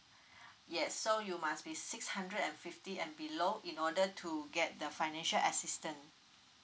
yes so you must be six hundred and fifty and below in order to get the financial assistance